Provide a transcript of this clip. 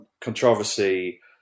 controversy